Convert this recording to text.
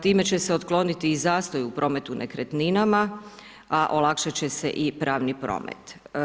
Time će se otkloniti i zastoj u prometu nekretninama, a olakšat će se i pravni promet.